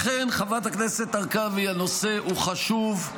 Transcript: לכן, חברת הכנסת הרכבי, הנושא הוא חשוב,